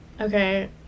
okay